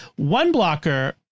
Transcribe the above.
OneBlocker